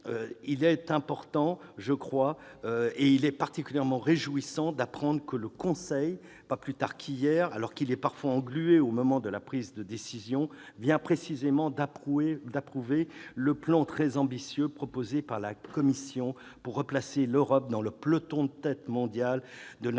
ce sujet. Aussi, il est particulièrement réjouissant d'apprendre que le Conseil, pas plus tard qu'hier, parfois englué au moment de la prise de décision, vient précisément d'approuver le plan très ambitieux proposé par la Commission pour replacer l'Europe dans le peloton de tête mondial de l'industrie